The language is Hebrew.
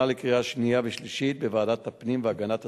לקריאה שנייה ושלישית בוועדת הפנים והגנת הסביבה.